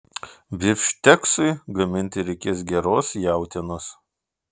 bifšteksui gaminti reikės geros jautienos